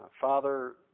Father